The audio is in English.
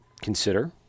consider